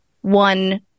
one